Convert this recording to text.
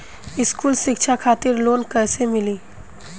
स्कूली शिक्षा खातिर लोन कैसे मिली?